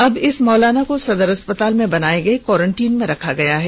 अब इस मौलाना को सदर अस्पताल में बनाये गये क्वाइरेंटरइन में रखा गया है